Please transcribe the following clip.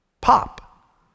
pop